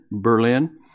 Berlin